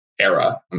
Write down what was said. era